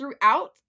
throughout